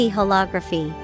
Holography